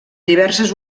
diverses